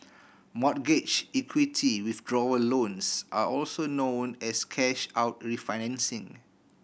mortgage equity withdrawal loans are also known as cash out refinancing